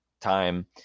time